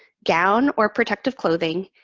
gown or protective clothing,